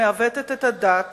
המעוותת את הדת